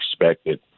expected